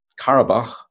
Karabakh